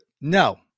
No